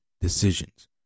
decisions